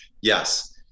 yes